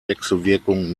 wechselwirkung